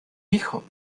hijo